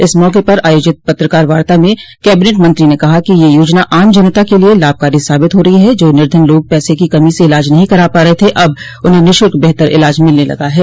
इस मौके पर आयोजित पत्रकार वार्ता में कैबिनेट मंत्री ने कहा कि यह योजना आम जनता के लिए लाभकारी साबित हो रही है जो निर्धन लोग पैसे की कमी से इलाज नहीं करा पा रहे थे अब उन्हें निःशुल्क बेहतर इलाज मिलने लगा है